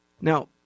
Now